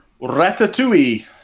Ratatouille